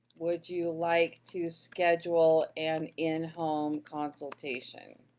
would you like to schedule an in-home consultation